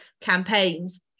campaigns